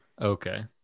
Okay